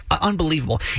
unbelievable